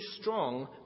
strong